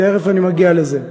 תכף אני מגיע לזה,